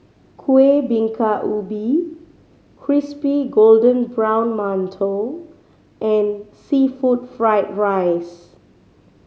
Kuih Bingka Ubi crispy golden brown mantou and seafood fried rice